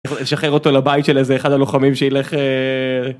‫שחרר אותו לבית של איזה אחד ‫הלוחמים שילך...